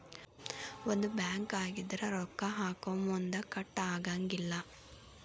ಒಂದ ಬ್ಯಾಂಕ್ ಆಗಿದ್ರ ರೊಕ್ಕಾ ಹಾಕೊಮುನ್ದಾ ಕಟ್ ಆಗಂಗಿಲ್ಲಾ